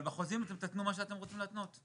אבל בחוזים אתם תתנו מה שאתם רוצים להתנות.